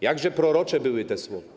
Jakże prorocze były te słowa.